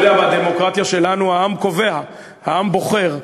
אתה יודע, בדמוקרטיה שלנו העם קובע, העם בוחר.